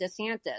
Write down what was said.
DeSantis